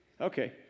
Okay